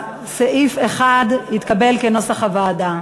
סעיף 1 התקבל כנוסח הוועדה.